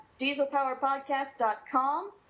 dieselpowerpodcast.com